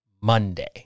Monday